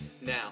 Now